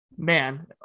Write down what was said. man